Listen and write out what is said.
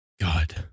god